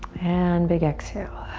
and big exhale.